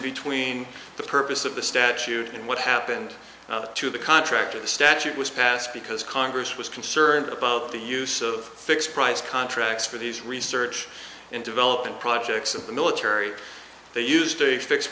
between the purpose of the statute and what happened to the contract of a statute was passed because congress was concerned about the use of fixed price contracts for these research and development projects of the military they used a fixed